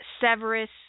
Severus